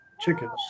chickens